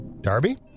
Darby